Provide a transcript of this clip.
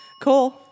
Cool